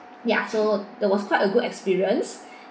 ya so that was quite a good experience